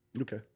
okay